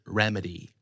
remedy